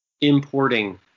importing